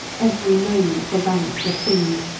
every moment the ranks were thinned,